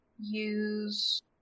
use